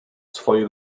swojej